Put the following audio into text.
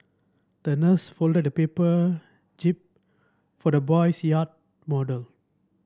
the nurse folded a paper jib for the boy's yacht model